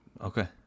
Okay